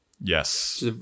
Yes